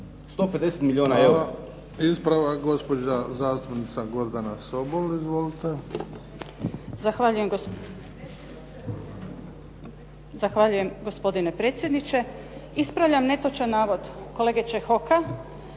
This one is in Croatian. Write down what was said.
150 milijuna eura.